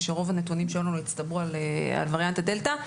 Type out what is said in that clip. כשרוב הנתונים לנו הצטברו על ווריאנט הדלתא,